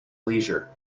leisure